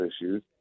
issues